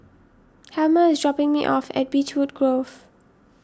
Helmer is dropping me off at Beechwood Grove